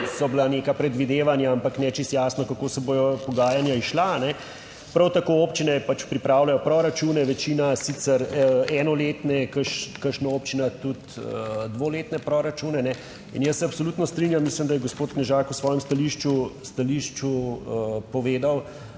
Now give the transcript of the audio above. so bila neka predvidevanja, ampak ne čisto jasno, kako se bodo pogajanja izšla. Prav tako občine pač pripravljajo proračune, večina sicer enoletne, kakšna občina tudi dvoletne proračune. In jaz se absolutno strinjam, mislim da je gospod Knežak v svojem stališču povedal,